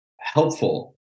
helpful